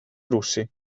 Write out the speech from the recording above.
russi